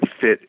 fit